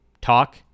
talk